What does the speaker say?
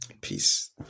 peace